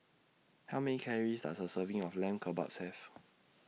How Many Calories Does A Serving of Lamb Kebabs Have